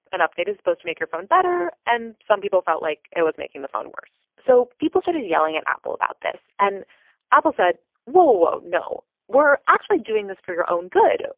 an update is supposed to make your phone better. and some people felt like it was making the phone worse. so people started yelling at apple about this. and apple said, whoa. whoa, no. we're actually doing this for your own good.